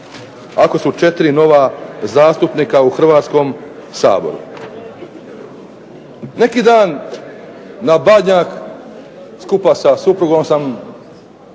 Ako su četiri nova zastupnika u Hrvatskom saboru. Neki dan na Badnjak skupa sa suprugom sam